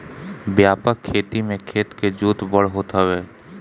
व्यापक खेती में खेत के जोत बड़ होत हवे